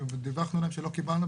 דיווחנו להם שלא קיבלנו,